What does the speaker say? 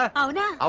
ah oh no! ah